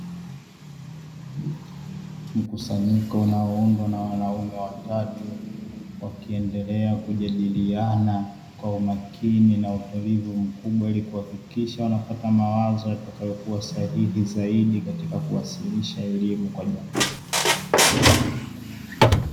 Mkusanyiko unaoundwa na wanaume watatu wakiendelea kujadiliana kwa umakini na utulivu mkubwa, ili kuhakikisha wanapata mawazo yatakayokuwa sahihi zaidi katika kuwasilisha elimu kwa jamii.